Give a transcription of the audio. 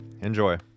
Enjoy